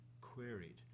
queried